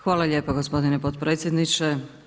Hvala lijepo gospodine potpredsjedniče.